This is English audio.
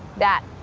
that.